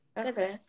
okay